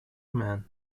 man